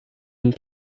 and